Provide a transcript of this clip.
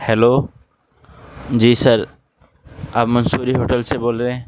hello جی sir آپ Mussoorie hotel سے بول رہے ہیں